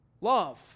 Love